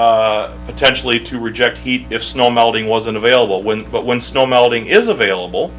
tower potentially to reject heat if snow melting wasn't available when but when snow melting is available